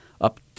up